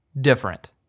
different